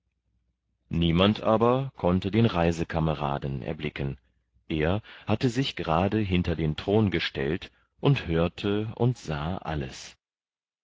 niemand aber konnte den reisekameraden erblicken er hatte sich gerade hinter den thron gestellt und hörte und sah alles